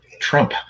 Trump